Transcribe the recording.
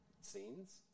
scenes